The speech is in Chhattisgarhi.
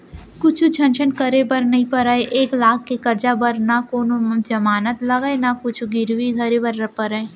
कुछु झंझट करे बर नइ परय, एक लाख के करजा बर न कोनों जमानत लागय न कुछु गिरवी धरे बर परय